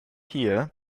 here